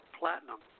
platinum